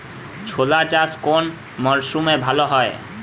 ছোলা চাষ কোন মরশুমে ভালো হয়?